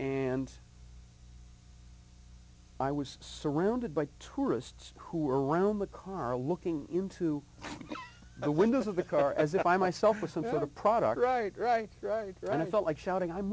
and i was surrounded by tourists who were around the car looking into the windows of the car as if i myself was some sort of product right right right and i felt like shouting i'm